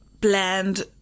bland